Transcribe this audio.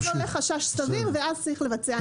אז עולה חשש סביר ואז צריך לבצע אימות.